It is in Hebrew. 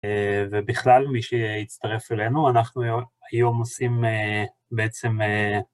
ובכלל, מי שיצטרף אלינו, אנחנו היום עושים בעצם...